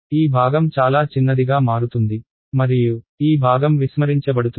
కాబట్టి ఈ భాగం చాలా చిన్నదిగా మారుతుంది మరియు ఈ భాగం విస్మరించబడుతుంది